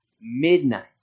midnight